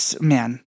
Man